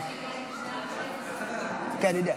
וכעת,